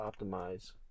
optimize